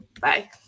bye